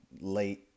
late